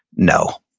no,